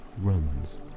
runs